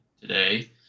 today